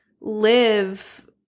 live